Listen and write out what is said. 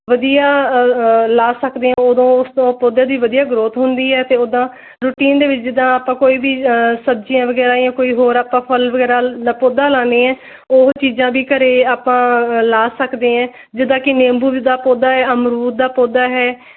ਵਧੀਆ ਲਾ ਸਕਦੇ ਹੋ ਉਦੋਂ ਉਸ ਤੋਂ ਪੌਦੇ ਦੀ ਵਧੀਆ ਗਰੋਥ ਹੁੰਦੀ ਹੈ ਅਤੇ ਉਦਾਂ ਰੂਟੀਨ ਦੇ ਵਿੱਚ ਜਿੱਦਾਂ ਆਪਾਂ ਕੋਈ ਵੀ ਸਬਜ਼ੀਆਂ ਵਗੈਰਾ ਜਾਂ ਕੋਈ ਹੋਰ ਆਪਾਂ ਫੁੱਲ ਵਗੈਰਾ ਦਾ ਪੌਦਾ ਲਾਨੇ ਹਾਂ ਉਹ ਚੀਜ਼ਾਂ ਵੀ ਘਰੇ ਆਪਾਂ ਲਾ ਸਕਦੇ ਹਾਂ ਜਿੱਦਾਂ ਕਿ ਨਿੰਬੂ ਦਾ ਪੌਦਾ ਅਮਰੂਦ ਦਾ ਪੌਦਾ ਹੈ